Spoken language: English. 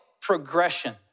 progression